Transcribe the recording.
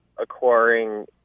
acquiring